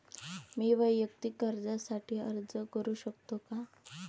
मी वैयक्तिक कर्जासाठी अर्ज करू शकतो का?